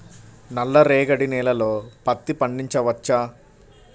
నల్ల రేగడి నేలలో పత్తి పండించవచ్చా?